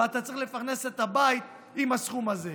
ואתה צריך לפרנס את הבית עם הסכום הזה.